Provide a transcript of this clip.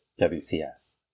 wcs